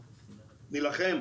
אנחנו נילחם",